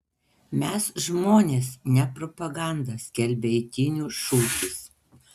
mes žmonės ne propaganda skelbia eitynių šūkis